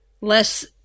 less